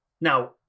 Now